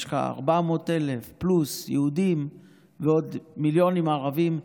יש לך 400,000 פלוס יהודים ועוד מיליוני ערבים.